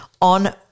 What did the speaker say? on